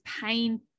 pain